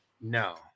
No